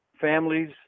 families